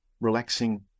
relaxing